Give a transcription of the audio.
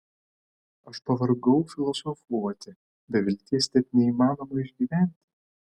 aš pavargau filosofuoti be vilties net neįmanoma išgyventi